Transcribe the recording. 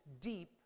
deep